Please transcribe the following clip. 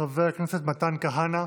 חבר הכנסת מתן כהנא,